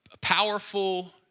powerful